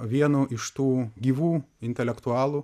vienu iš tų gyvų intelektualų